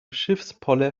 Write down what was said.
schiffspoller